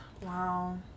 Wow